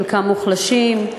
חלקם מוחלשים,